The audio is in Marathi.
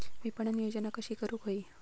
विपणन योजना कशी करुक होई?